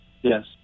Yes